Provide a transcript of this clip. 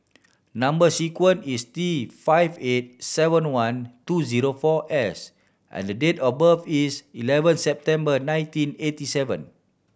number sequence is T five eight seven one two zero four S and date of birth is eleven September nineteen eighty seven